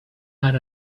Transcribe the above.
had